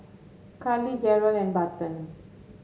Callie Jarrell and Barton